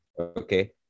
Okay